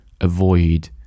avoid